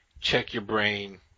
check-your-brain